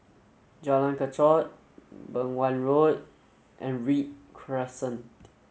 Jalan Kechot Beng Wan Road and Read Crescent